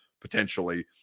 potentially